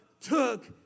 took